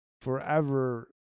forever